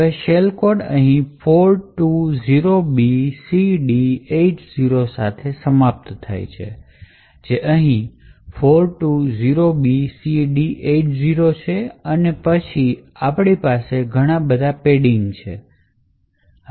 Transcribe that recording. હવે shell code અહીં 420BCD80 સાથે સમાપ્ત થાય છે જે અહીં 420BCD80 છે અને પછી અમારી પાસે ઘણા બધા પેડિંગ છે જે હાજર છે